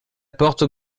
porte